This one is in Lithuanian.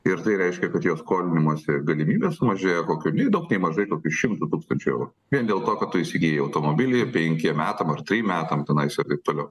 ir tai reiškia kad jo skolinimosi galimybė sumažėja kokiu nei daug nei mažai kokiu šimtu tūkstančių eurų vien dėl to kad tu įsigyjai automobilį penkiem metam ar trim metam tenais ir taip toliau